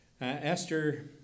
Esther